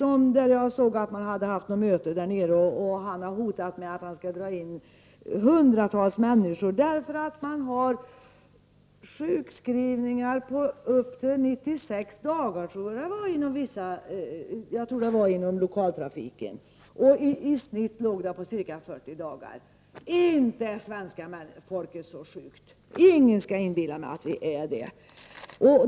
Under ett möte där nere hotade han med att dra in några hundratals arbetstillfällen, eftersom man har sjukskrivningar upp till 96 dagar inom lokaltrafiken, tror jag att det var. I genomsnitt låg sjukskrivningarna på ca 40 dagar. Ingen skall inbilla mig att svenska folket verkligen är så sjukt.